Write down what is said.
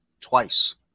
Twice